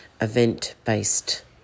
event-based